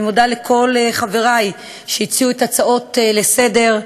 אני מודה לכל חברי שהציעו את ההצעות לסדר-היום,